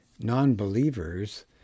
non-believers